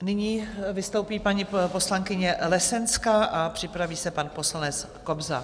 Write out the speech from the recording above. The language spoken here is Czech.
Nyní vystoupí paní poslankyně Lesenská a připraví se pan poslanec Kobza.